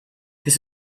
his